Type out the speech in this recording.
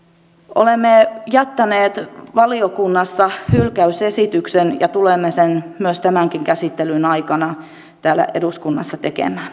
olemme jättäneet valiokunnassa hylkäysesityksen ja tulemme sen tämänkin käsittelyn aikana täällä eduskunnassa tekemään